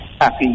happy